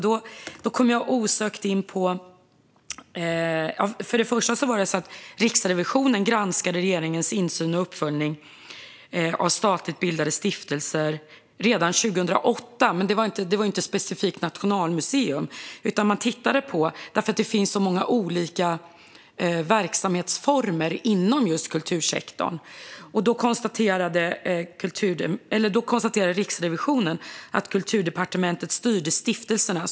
Till att börja med granskade Riksrevisionen redan 2008 regeringens insyn och uppföljning av statligt bildade stiftelser; det finns nämligen många olika verksamhetsformer inom just kultursektorn. Men då gällde det inte specifikt Nationalmuseum. Det framkommer att samma situation kvarstår elva år senare.